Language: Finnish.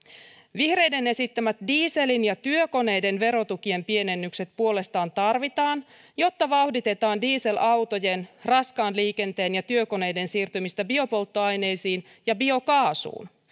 vihreiden esittämät dieselin ja työkoneiden verotukien pienennykset puolestaan tarvitaan jotta vauhditetaan dieselautojen raskaan liikenteen ja työkoneiden siirtymistä biopolttoaineisiin ja biokaasuun